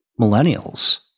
millennials